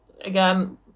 again